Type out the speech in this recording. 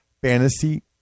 fantasy